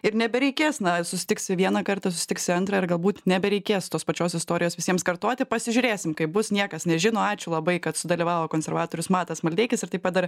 ir nebereikės na susitiksi vieną kartą susitiksi antrą ir galbūt nebereikės tos pačios istorijos visiems kartoti pasižiūrėsim kaip bus niekas nežino ačiū labai kad sudalyvavo konservatorius matas maldeikis ir taip pat dar